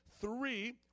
three